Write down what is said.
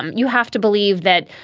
um you have to believe that,